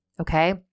okay